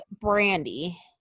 Brandy